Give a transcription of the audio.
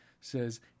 says